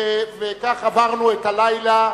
וכך עברנו את הלילה.